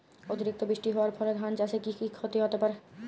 অতিরিক্ত বৃষ্টি হওয়ার ফলে ধান চাষে কি ক্ষতি হতে পারে?